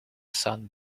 sun